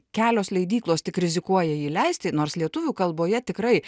kelios leidyklos tik rizikuoja jį leisti nors lietuvių kalboje tikrai